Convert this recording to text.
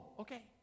okay